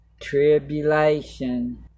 tribulation